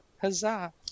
Huzzah